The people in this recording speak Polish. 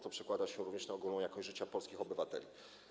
To przekłada się również na ogólną jakość życia polskich obywateli.